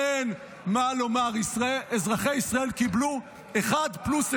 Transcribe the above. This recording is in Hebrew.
אין מה לומר, אזרחי ישראל קיבלו אחד פלוס אחד,